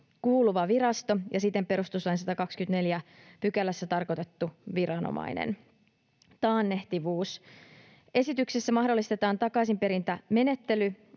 kuuluva virasto ja siten perustuslain 124 §:ssä tarkoitettu viranomainen. Taannehtivuus: Esityksessä mahdollistetaan takaisinperintämenettely